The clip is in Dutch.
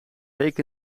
week